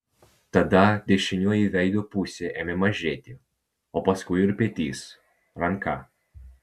tada dešinioji veido pusė ėmė mažėti o paskui ir petys ranka